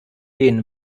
den